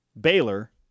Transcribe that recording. Baylor